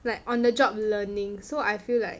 like on the job learning so I feel like